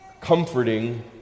comforting